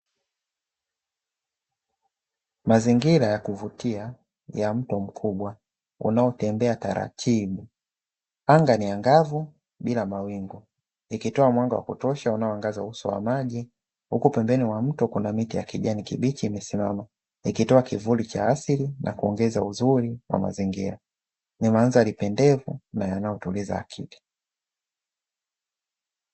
Mazingira ya kuvutia ya mto mkubwa unaotembea taratibu. Anga ni angavu bila mawingu ikitoa mwanga wa kutosha unaoangaza uso wa maji, huku pembeni kuna miti ya kijani kibichi imesimama ikitoa kivuli cha asili na kuongeza uzuri wa mazingira. Ni mandhari pendevu na yanayotuliza akili.